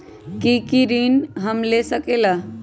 की की ऋण हम ले सकेला?